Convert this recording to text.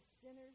sinners